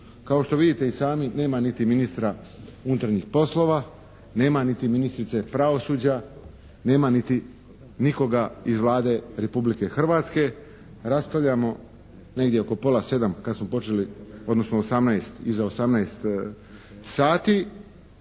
Kao što vidite i sami nema niti ministra unutarnjih poslova, nema niti ministrice pravosuđa, nema niti nikoga iz Vlade Republike Hrvatske. Raspravljamo negdje oko pola sedam kad smo počeli odnosno iza 18 sati